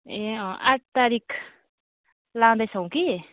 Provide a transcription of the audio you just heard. ए अँ आठ तारिक लाँदैछौँ कि